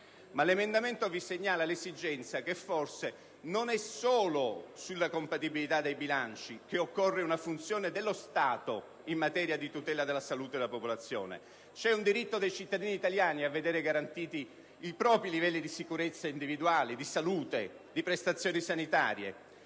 1.13 (testo 2) segnala l'esigenza che forse non è solo sulla compatibilità dei bilanci che occorre una funzione dello Stato in materia di tutela della salute della popolazione: c'è un dritto dei cittadini italiani a vedere garantiti i propri livelli di sicurezza individuali, di salute, di prestazioni sanitarie.